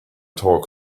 talk